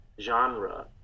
genre